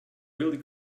really